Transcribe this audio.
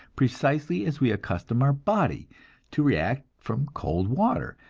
precisely as we accustom our body to react from cold water,